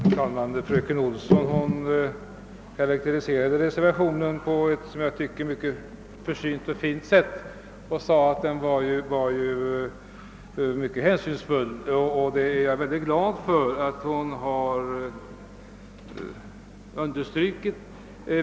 Herr talman! Fröken Olsson karakteriserade reservationen på ett försynt och fint sätt och sade att den var mycket hänsynsfull, och det är jag glad över.